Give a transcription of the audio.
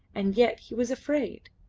and yet he was afraid.